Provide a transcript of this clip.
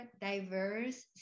diverse